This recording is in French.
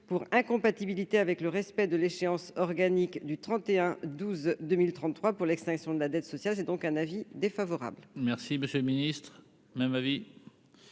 pour incompatibilité avec le respect de l'échéance organique du 31 12 2000 33 pour l'extinction de la dette sociale, c'est donc un avis défavorable. Merci, monsieur le Ministre,